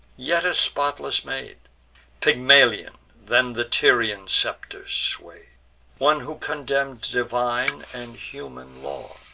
yet a spotless maid pygmalion then the tyrian scepter sway'd one who condemn'd divine and human laws.